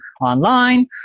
online